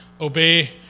Obey